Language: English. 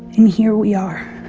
and here we are,